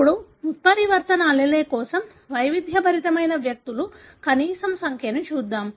ఇప్పుడు ఉత్పరివర్తన allele కోసం వైవిధ్యభరితమైన వ్యక్తుల కనీస సంఖ్యను చూద్దాం